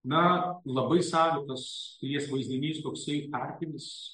na labai savitas pilies vaizdinys toksai tarpinis